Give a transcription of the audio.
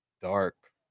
dark